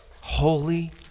Holy